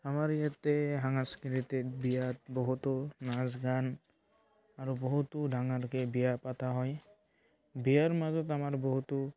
আমাৰ ইয়াতে সাংস্কৃতিক বিয়াতে বহুত নাচ গান আৰু বহুতো ডাঙৰকৈ বিয়া পাতা হয় বিয়াৰ মাজত আমাৰ বহুতো